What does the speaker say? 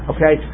Okay